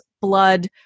blood